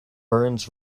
burns